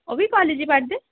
ਉਹ ਵੀ ਕੋਲੇਜ ਹੀ ਪੜ੍ਹਦੇ